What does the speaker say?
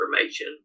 information